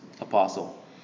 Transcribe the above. apostle